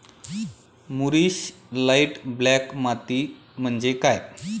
मूरिश light black माती म्हणजे काय?